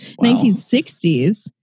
1960s